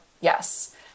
Yes